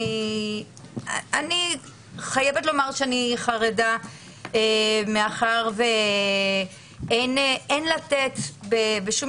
אני חייבת לומר שאני חרדה מאחר ואין לתת בשום